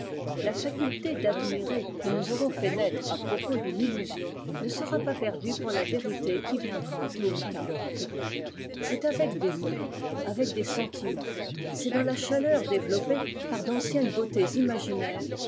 la fi ité d'admirer que nous aurons fait naître à propos d'une illusion ne sera pas perdue pour la vérité qui viendra tôt ou tard c'est avec des mots avec des sentiments c'est dans la chaleur développée par d'anciennes beautés imaginaires